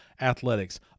athletics